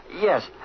Yes